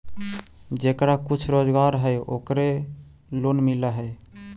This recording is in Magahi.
जेकरा कुछ रोजगार है ओकरे लोन मिल है?